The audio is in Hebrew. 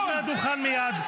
רד מהדוכן מייד.